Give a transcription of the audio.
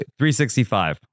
365